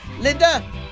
Linda